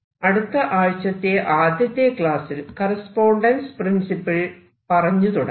അടുത്ത ആഴ്ചത്തെ ആദ്യത്തെ ക്ലാസ്സിൽ കറസ്പോണ്ടൻസ് പ്രിൻസിപ്പിൾ പറഞ്ഞു തുടങ്ങാം